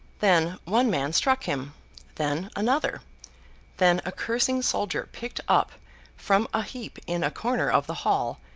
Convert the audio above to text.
then, one man struck him then, another then a cursing soldier picked up from a heap in a corner of the hall,